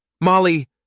Molly